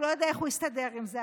הוא לא יודע איך הוא יסתדר עם זה,